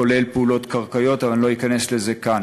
כולל פעולות קרקעיות, אבל אני לא אכנס לזה כאן.